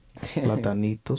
Platanitos